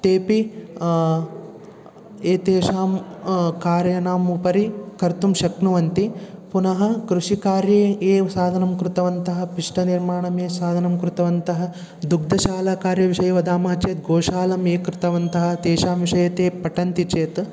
तेपि एतेषां कार्यानाम् उपरि कर्तुं शक्नुवन्ति पुनः कृषिकार्ये ये साधनं कृतवन्तः पिष्टनिर्माणं ये साधनं कृतवन्तः दुग्धशालाकार्यविषये वदामः चेत् गोशालाम् ये कृतवन्तः तेषां विषये ते पठन्ति चेत्